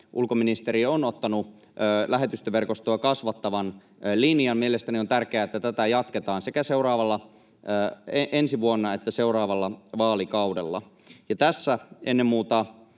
ulkoministeri on ottanut lähetystöverkostoa kasvattavan linjan. Mielestäni on tärkeää, että tätä jatketaan sekä ensi vuonna että seuraavalla vaalikaudella. Ja tässä ennen muuta